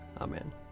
Amen